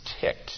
ticked